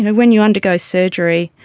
when you undergo surgery,